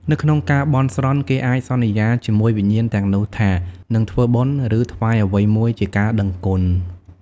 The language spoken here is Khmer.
នៅក្នុងការបន់ស្រន់ គេអាចសន្យាជាមួយវិញ្ញាណទាំងនោះថា នឹងធ្វើបុណ្យ ឬថ្វាយអ្វីមួយជាការដឹងគុណ។